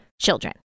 children